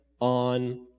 on